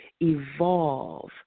evolve